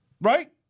Right